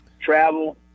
travel